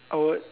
I would